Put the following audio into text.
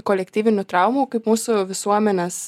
kolektyvinių traumų kaip mūsų visuomenės